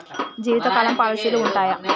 జీవితకాలం పాలసీలు ఉంటయా?